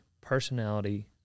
personality